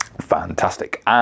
Fantastic